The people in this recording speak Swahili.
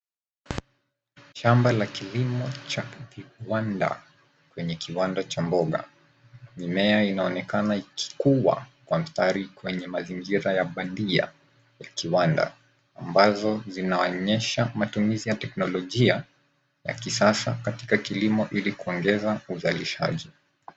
Shamba la kilimo cha kiwanda kwenye kiwanda cha mboga. Mimea inaonekana ikikuwa kwa mstari kwenye mazingira ya bandia ya kiwanda.. Ambazo zinaonyesha matumizi ya teknolojia ya kisasa katika kilimo ili kuongeza uzalishaji.